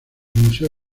museo